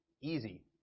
easy